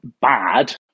bad